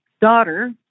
daughter